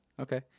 Okay